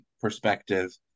perspective